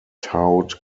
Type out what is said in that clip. towed